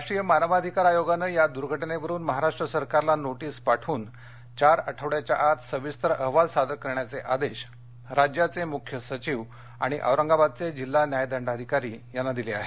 राष्ट्रीय मानवाधिकार आयोगानं या दुर्घटनेवरुन महाराष्ट्र सरकारला नोटिस पाठवून चार आठवड्याच्या आत सविस्तर अहवाल सादर करण्याचे आदेश राज्याचे मुख्य सचिव आणि औरंगाबादचे जिल्हा न्यायदंडाधिकारी यांना दिले आहेत